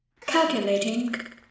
Calculating